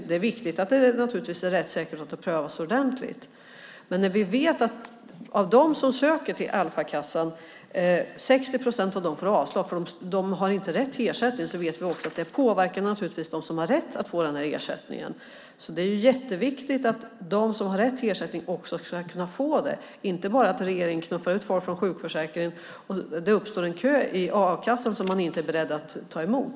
Det är förstås också viktigt att det är rättssäkert och att det prövas ordentligt, men när vi vet att 60 procent av dem som ansöker till Alfakassan får avslag eftersom de inte har rätt till ersättning vet vi också att det naturligtvis påverkar även dem som har rätt att få den här ersättningen. Det är därför jätteviktigt att de som har rätt till ersättning också ska kunna få det, så att regeringen inte bara knuffar ut folk från sjukförsäkringen och det uppstår en kö som a-kassan inte är beredd att ta emot.